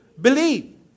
believe